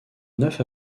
neuf